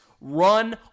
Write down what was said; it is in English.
run